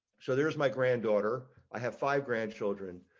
so there's my granddaughter, i have five grandchildren,